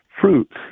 fruits